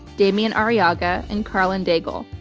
demian arriaga, and karlyn daigle.